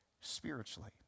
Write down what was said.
spiritually